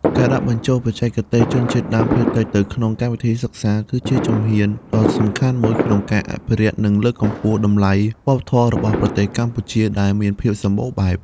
ការដាក់បញ្ចូលបច្ចេកទេសជនជាតិដើមភាគតិចទៅក្នុងកម្មវិធីសិក្សា គឺជាជំហានដ៏សំខាន់មួយក្នុងការអភិរក្ស និងលើកកម្ពស់តម្លៃវប្បធម៌របស់ប្រទេសកម្ពុជាដែលមានភាពសម្បូរបែប។